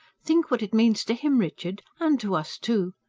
think what it means to him, richard, and to us, too.